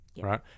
right